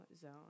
zone